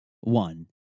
one